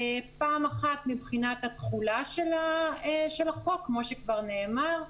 פעם אחת מבחינת התחולה של החוק כמו שכבר נאמר,